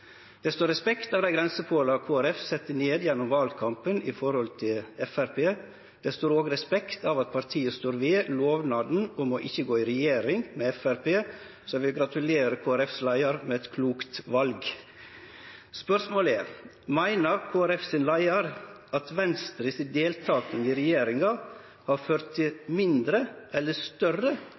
Det står respekt av dei grensepålar Kristeleg Folkeparti sette ned gjennom valkampen i forhold til Framstegspartiet, og det står òg respekt av at partiet står ved lovnaden om ikkje å gå i regjering med Framstegspartiet. Så eg vil gratulere Kristeleg Folkepartis leiar med eit klokt val. Spørsmålet er: Meiner leiaren i Kristeleg Folkeparti at Venstre med si deltaking i regjeringa har ført til mindre eller større